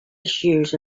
issues